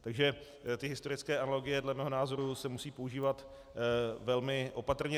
Takže ty historické analogie dle mého názoru se musí používat velmi opatrně.